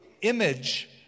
image